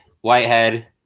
Whitehead